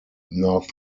north